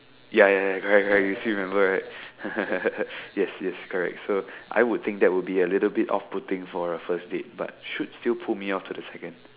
ya ya ya correct correct you still remember right yes yes correct so I would think that would be a little off putting for a first date but should still put me off to the second